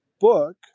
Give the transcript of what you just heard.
book